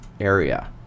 area